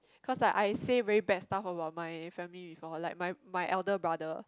cause like I say very bad stuff about my family before like my my elder brother